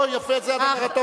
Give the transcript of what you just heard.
או, יפה, זה הדבר הטוב ביותר.